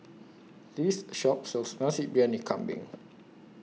This Shop sells Nasi Briyani Kambing